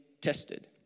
tested